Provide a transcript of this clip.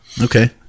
Okay